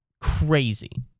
crazy